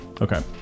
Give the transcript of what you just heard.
okay